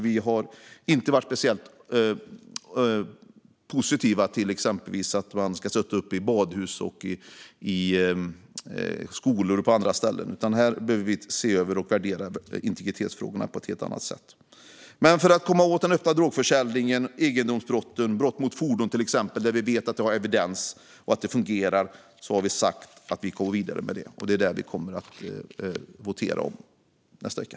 Vi har inte varit speciellt positiva till att sätta upp kameror i exempelvis badhus eller skolor. Där behöver man se över och värdera integritetsfrågorna på ett helt annat sätt. När det gäller att komma åt den öppna drogförsäljningen och egendomsbrotten, till exempel brott mot fordon, där vi vet att kamerabevakning har evidens och fungerar, har vi sagt att vi ska gå vidare med det. Detta kommer vi att votera om i nästa vecka.